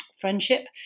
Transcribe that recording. friendship